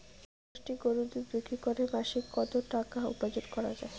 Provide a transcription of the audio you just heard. দশটি গরুর দুধ বিক্রি করে মাসিক কত টাকা উপার্জন করা য়ায়?